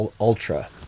Ultra